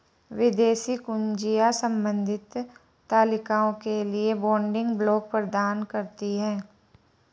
विदेशी कुंजियाँ संबंधित तालिकाओं के लिए बिल्डिंग ब्लॉक प्रदान करती हैं